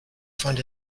find